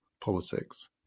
politics